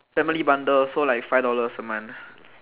family bundle so like five dollar a month